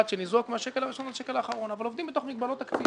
שניזוק מהשקל הראשון עד השקל האחרון אבל עובדים בתוך מגבלות תקציב.